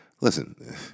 Listen